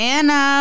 Anna